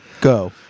go